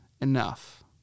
enough